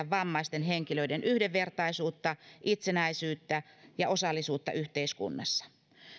vammaisten henkilöiden yhdenvertaisuutta itsenäisyyttä ja osallisuutta yhteiskunnassa